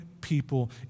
people